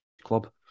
club